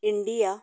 India